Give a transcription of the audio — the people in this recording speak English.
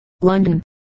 london